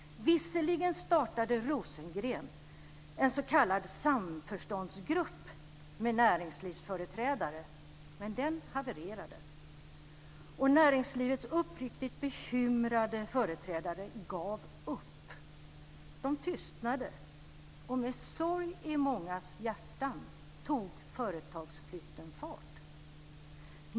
Visserligen startade Rosengren en s.k. samförståndsgrupp med näringslivsföreträdare, men den havererade. Näringslivets uppriktigt bekymrade företrädare gav upp. De tystnade, och med sorg i mångas hjärtan tog företagsflytten fart.